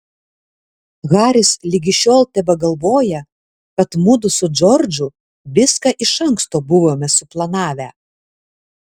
haris ligi šiol tebegalvoja kad mudu su džordžu viską iš anksto buvome suplanavę